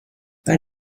bei